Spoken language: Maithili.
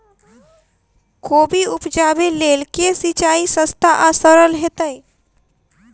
कोबी उपजाबे लेल केँ सिंचाई सस्ता आ सरल हेतइ?